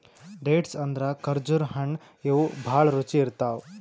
dates ಅಂದ್ರ ಖರ್ಜುರ್ ಹಣ್ಣ್ ಇವ್ ಭಾಳ್ ರುಚಿ ಇರ್ತವ್